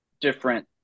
different